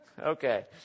okay